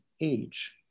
age